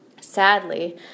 Sadly